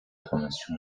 formation